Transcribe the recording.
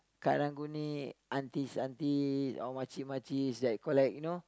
karang-guni aunties auntie or makcik-makcik that collect you know